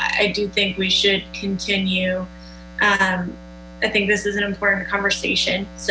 i do think we should continue i think this is an important conversation